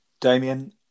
Damien